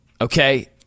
Okay